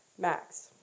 Max